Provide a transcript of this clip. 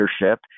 leadership